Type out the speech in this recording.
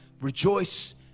rejoice